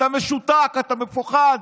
אתה משותק, אתה מפוחד.